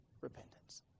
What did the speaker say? repentance